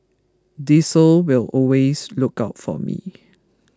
diesel will always look out for me